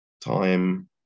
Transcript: time